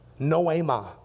noema